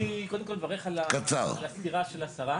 אני קודם כל מברך על הסקירה של השרה.